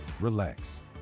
relax